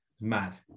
mad